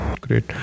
Great